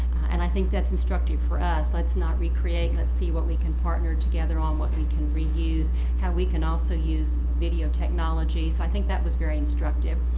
and i think that's instructive for us. let's not recreate let's see what we can partner together on, what we can reuse how we can also use video technology. so i think that was very instructive.